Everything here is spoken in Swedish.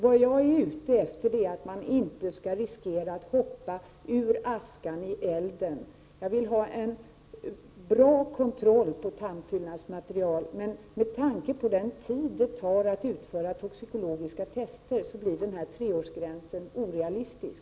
Vad jag är ute efter är att man inte skall riskera att hoppa ur askan i elden. Jag vill ha en bra kontroll på tandfyllnadsmaterial, men med tanke på den tid det tar att utföra toxikologiska tester blir den föreslagna treårsgränsen orealistisk.